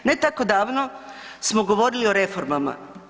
Ne tako davno smo govorili o reformama.